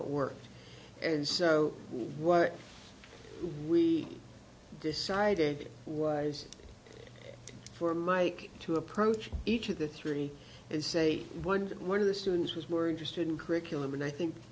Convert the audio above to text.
it worked and so what we decided was for mike to approach each of the three is say one to one of the students were interested in curriculum and i think